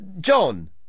John